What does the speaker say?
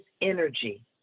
energy